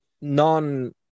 non